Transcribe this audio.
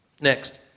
Next